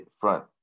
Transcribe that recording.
front